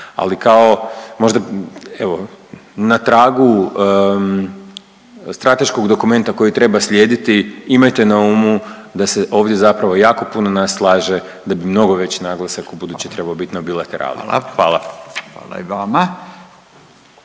Ali kao možda evo na tragu strateškog dokumenta koji treba slijediti imajte na umu da se ovdje zapravo jako puno nas slaže da bi mnogo veći naglasak ubuduće trebao biti na bilateralama. Hvala.